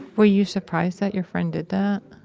were you supposed that your friend did that?